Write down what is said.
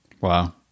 Wow